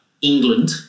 England